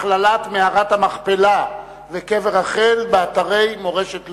הכללת מערת המכפלה וקבר רחל באתרי מורשת לאומית.